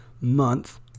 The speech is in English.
month